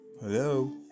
hello